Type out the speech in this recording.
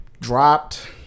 dropped